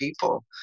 people